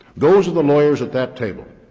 those are the lawyers at that table